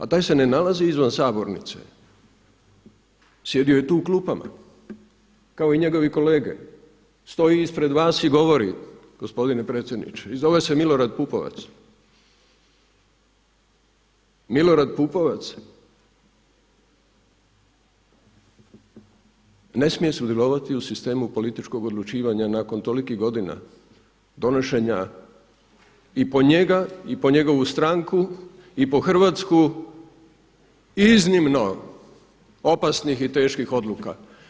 A taj se ne nalazi izvan sabornice, sjedio je tu u klupama, kao i njegovi kolege, stoji ispred vas i govori, gospodine predsjedniče i zove se Milorad Pupovac, Milorad Pupovac ne smije sudjelovati u sistemu političkog odlučivanja nakon tolikih godina, donošenja i po njega i po njegovu stranku i po Hrvatsku iznimno opasnih i teških odluka.